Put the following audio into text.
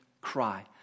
cry